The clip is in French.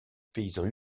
paysans